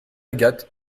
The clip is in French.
agathe